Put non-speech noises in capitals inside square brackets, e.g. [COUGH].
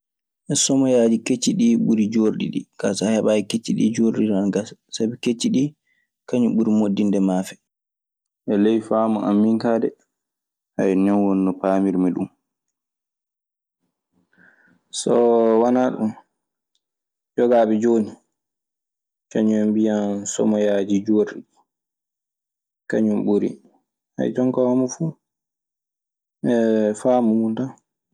Somoyaaji kecci ɗii ɓuri joorɗi ɗii, kaa so a heɓaayi kecci ɗii joorɗi ɗii du ana gasa. Sabi kecci ɗii kañun ɓuri moddinde maafe. E ley faamu an min kaa de. [HESITATION] non woni no paamir mi ɗun. So wanaa ɗun, yogaaɓe jooni kañun e mbiyan somoyaaji joorɗi kañun ɓuri. [HESITATION] Jonkaa homo fu [HESITATION] faamu mun tan.